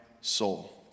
soul